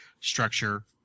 structure